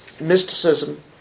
mysticism